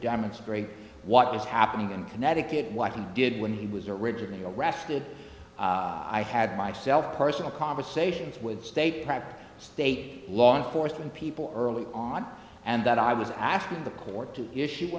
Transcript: demonstrate what is happening in connecticut why he did when he was originally arrested i had myself personal conversations with stay private state law enforcement people early on and that i was asking the court to issue